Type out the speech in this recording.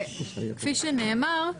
כפי שנאמר,